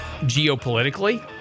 geopolitically